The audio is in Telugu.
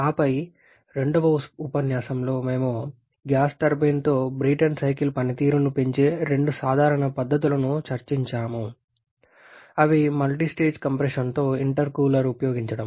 ఆపై రెండవ ఉపన్యాసంలో మేము గ్యాస్ టర్బైన్తో బ్రేటన్ సైకిల్ పనితీరును పెంచే రెండు సాధారణ పద్ధతులను చర్చించాము అవి మల్టీస్టేజ్ కంప్రెషన్తో ఇంటర్కూలర్ను ఉపయోగించడం